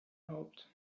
haupt